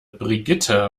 brigitte